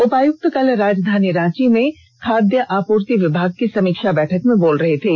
उपायुक्त कल राजधानी रांची में खाद्य आपूर्ति विभाग की समीक्षा बैठक में बोल रहे थे